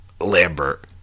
Lambert